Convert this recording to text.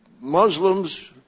Muslims